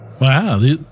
Wow